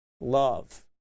love